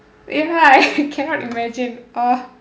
ya I cannot imagine uh